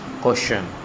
question